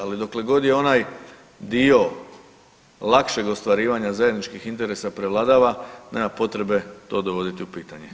Ali dokle god je onaj dio lakšeg ostvarivanja zajedničkih interesa prevladava nema potrebe to dovoditi u pitanje.